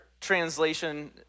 translation